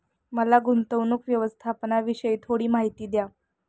मला गुंतवणूक व्यवस्थापनाविषयी थोडी माहिती द्या